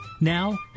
Now